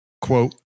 quote